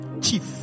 Chief